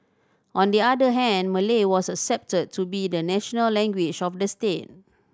on the other hand Malay was accepted to be the national language of the state